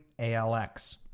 ALX